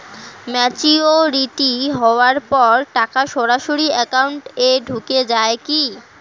Maturity হওয়ার পর টাকা সরাসরি একাউন্ট এ ঢুকে য়ায় কি?